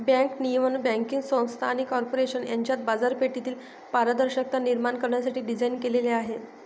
bank नियमन banking संस्था आणि कॉर्पोरेशन यांच्यात बाजारपेठेतील पारदर्शकता निर्माण करण्यासाठी डिझाइन केलेले आहे